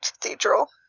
cathedral